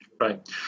Right